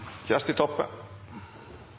Kjersti Toppe